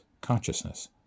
consciousness